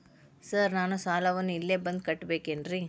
Sir ನಾನು ಸಾಲವನ್ನು ಇಲ್ಲೇ ಬಂದು ಕಟ್ಟಬೇಕೇನ್ರಿ?